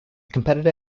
competitor